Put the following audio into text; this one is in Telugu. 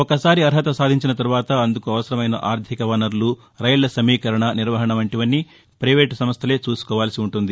ఒకసారి అర్హత సాధించిన తర్వాత అందుకు అవసరమైన ఆర్దిక వనరులు రైళ్ల సమీకరణ నిర్వహణ వంటీవన్నీ పైవేటు సంస్దలే చూసుకోవాల్సి ఉంటుంది